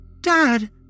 Dad